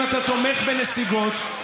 אם אתה תומך בנסיגות,